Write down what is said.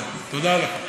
תודה לך.